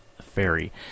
Fairy